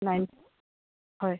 nine হয়